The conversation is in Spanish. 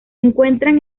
encuentran